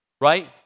right